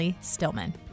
Stillman